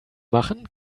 machen